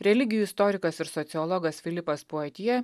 religijų istorikas ir sociologas filipas pojetije